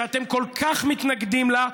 שאתם כל כך מתנגדים לה,